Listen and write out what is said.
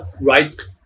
right